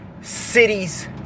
cities